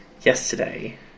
Yesterday